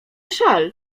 szal